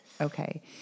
Okay